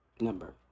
number